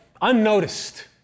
unnoticed